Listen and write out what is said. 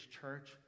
church